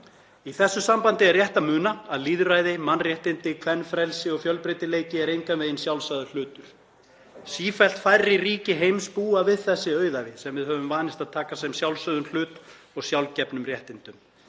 Í þessu sambandi er rétt að muna að lýðræði, mannréttindi, kvenfrelsi og fjölbreytileiki er engan veginn sjálfsagður hlutur. Sífellt færri ríki heims búa við þessi auðæfi sem við höfum vanist að taka sem sjálfsögðum hlut og sjálfgefnum réttindum.